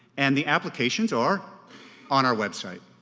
and the applications are on our website.